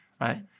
Right